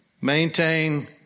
Maintain